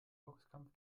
boxkampf